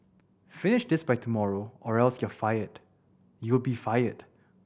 finish this by tomorrow or else you'll fired you'll be fired